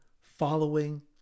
following